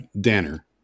Danner